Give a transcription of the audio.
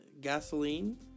Gasoline